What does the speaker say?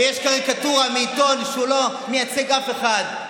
ויש קריקטורה מעיתון שלא מייצג אף אחד,